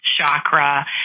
chakra